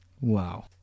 Wow